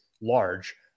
large